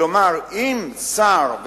כלומר אם שר,